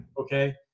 Okay